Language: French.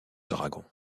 dragon